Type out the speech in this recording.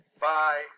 bye